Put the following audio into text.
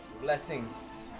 Blessings